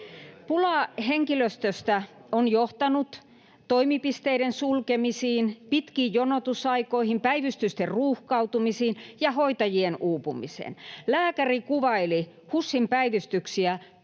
Pula henkilöstöstä on johtanut toimipisteiden sulkemisiin, pitkiin jonotusaikoihin, päivystysten ruuhkautumisiin ja hoitajien uupumiseen. Lääkäri kuvaili HUSin päivystyksiä